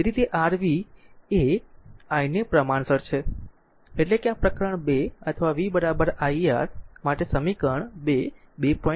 તેથી તે r v એ i ને પ્રમાણસર છે એટલે કે આ પ્રકરણ 2 અથવા v IR માટે સમીકરણ 2 2